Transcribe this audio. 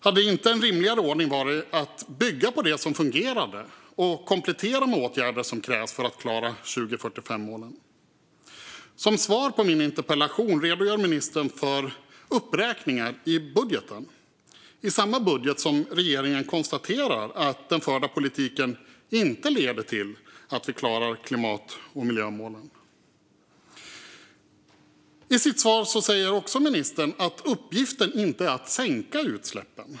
Hade inte en rimligare ordning varit att bygga på det som fungerade och komplettera med åtgärder som krävs för att klara 2045-målen? Som svar på min interpellation redogör ministern för olika saker i budgeten, i samma budget där regeringen konstaterar att den förda politiken inte leder till att vi klarar klimat och miljömålen. I sitt svar säger ministern också att uppgiften inte är att sänka utsläppen.